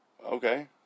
okay